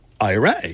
IRA